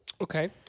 Okay